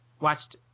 watched –